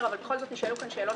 אבל זו החלטה אישית של כל אחד.